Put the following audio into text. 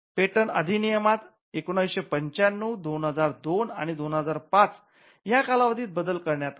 patent अधिनियमात १९९५ २००२ आणि २००५ या कालावधीत बदल करण्यात आला